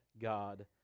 God